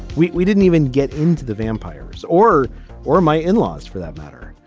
we we didn't even get into the vampires or or my in-laws for that matter.